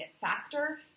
factor